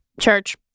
church